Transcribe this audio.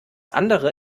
andere